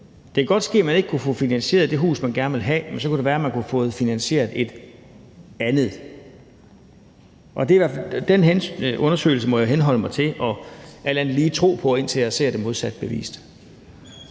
Det kan godt ske, at man ikke kunne få finansieret det hus, man gerne ville have, men så kunne det være, at man kunne have fået finansieret et andet. Den undersøgelse må jeg henholde mig til og alt andet lige tro på, indtil jeg ser det modsatte bevist.